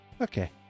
Okay